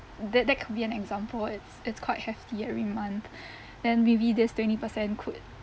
that that could be an example it's it's quite hefty every month then maybe that's twenty percent could